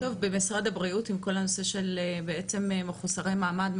במשרד הבריאות עם כל הנושא של מחוסרי מעמד,